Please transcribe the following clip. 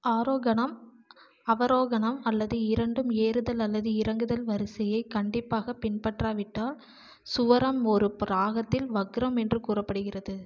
ஆரோகணம் அவரோகணம் அல்லது இரண்டும் ஏறுதல் அல்லது இறங்குதல் வரிசையை கண்டிப்பாக பின்பற்றாவிட்டால் ஸ்வரம் ஒரு ராகத்தில் வக்ரம் என்று கூறப்படுகிறது